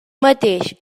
mateix